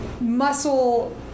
muscle